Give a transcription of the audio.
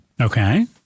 Okay